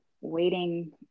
waiting